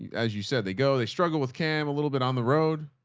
as you said, they go, they struggle with cam a little bit on the road.